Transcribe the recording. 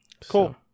cool